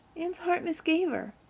anne's heart misgave her.